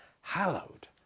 hallowed